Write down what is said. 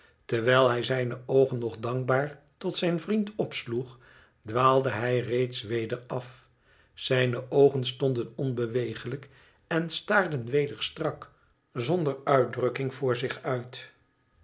terwijl hij zijne oogen nog dankbaar tot zijn vriend opsloeg dwaalde hij reeds weder af zijne oogen stonden onbeweeglijk en staarden weder strak zonder uitdrukking voor zich uit